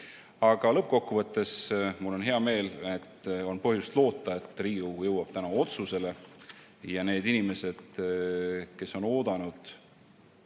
Aga lõppkokkuvõttes mul on hea meel, et on põhjust loota, et Riigikogu jõuab täna otsusele. Ja need inimesed, kes on oodanud